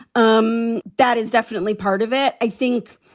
um that is definitely part of it. i think,